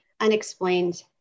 unexplained